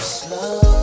slow